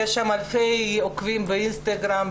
יש שם אלפי עוקבים באינסטגרם,